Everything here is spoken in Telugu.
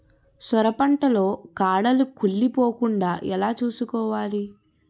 సొర పంట లో కాడలు కుళ్ళి పోకుండా ఎలా చూసుకోవాలి?